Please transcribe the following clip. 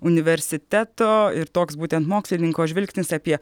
universiteto ir toks būtent mokslininko žvilgsnis apie